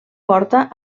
porta